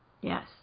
Yes